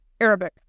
Arabic